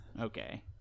Okay